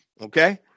okay